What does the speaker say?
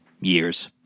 years